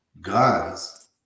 Guns